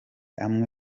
amwe